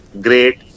great